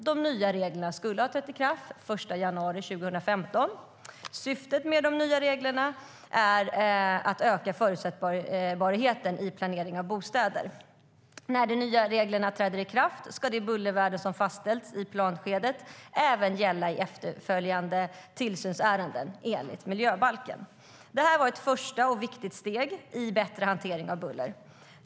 De nya reglerna skulle ha trätt i kraft den 1 januari 2015. Syftet med de nya reglerna är att öka förutsägbarheten i planering av bostäder. När de nya reglerna träder i kraft ska de bullervärden som fastställts i planskedet även gälla i efterföljande tillsynsärenden enligt miljöbalken. Det här var ett första och viktigt steg i en bättre hantering av buller.